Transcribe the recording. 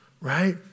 Right